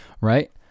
right